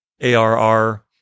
ARR